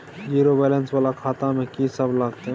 Zero balance वाला खाता में की सब लगतै?